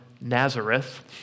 Nazareth